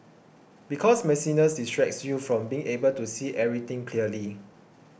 because messiness distracts you from being able to see everything clearly